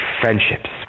friendships